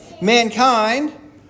mankind